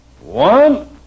One